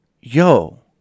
yo